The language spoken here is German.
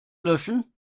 löschen